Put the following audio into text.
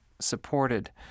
supported